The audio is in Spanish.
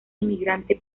inmigrante